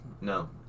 No